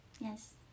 Yes